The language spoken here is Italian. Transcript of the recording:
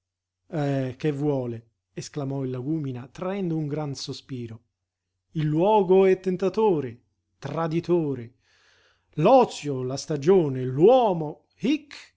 eh che vuole esclamò il lagúmina traendo un gran sospiro il luogo è tentatore traditore l'ozio la stagione l'uomo hic